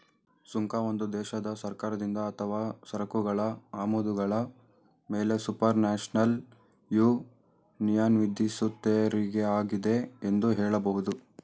ಸುಂಕ ಒಂದು ದೇಶದ ಸರ್ಕಾರದಿಂದ ಅಥವಾ ಸರಕುಗಳ ಆಮದುಗಳ ಮೇಲೆಸುಪರ್ನ್ಯಾಷನಲ್ ಯೂನಿಯನ್ವಿಧಿಸುವತೆರಿಗೆಯಾಗಿದೆ ಎಂದು ಹೇಳಬಹುದು